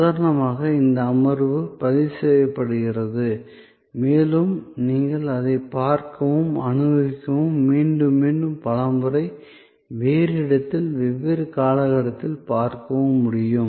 உதாரணமாக இந்த அமர்வு பதிவு செய்யப்படுகிறது மேலும் நீங்கள் அதை பார்க்கவும் அனுபவிக்கவும் மீண்டும் மீண்டும் பல முறை வேறு இடத்தில் வெவ்வேறு கால கட்டத்தில் பார்க்கவும் முடியும்